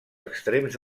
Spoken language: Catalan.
extrems